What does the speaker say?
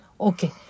Okay